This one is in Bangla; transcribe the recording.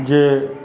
যে